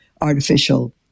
artificial